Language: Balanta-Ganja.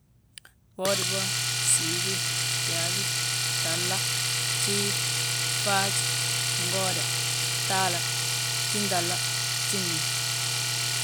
Bwoodibo, gsiibi, yaabi, gtahla, gjiif, faaj, ngooda, gtahla, gjintahla gjimin.